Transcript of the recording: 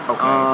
Okay